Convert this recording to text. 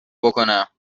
بکنم